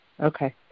Okay